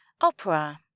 Opera